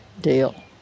deal